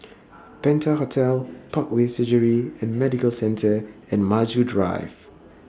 Penta Hotel Parkway Surgery and Medical Centre and Maju Drive